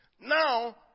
Now